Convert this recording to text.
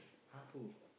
!huh! who